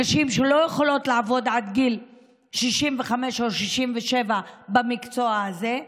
נשים שלא יכולות לעבוד עד גיל 65 או 67 במקצוע הזה,